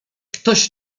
ktoś